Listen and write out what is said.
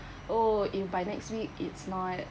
oh if by next week it's not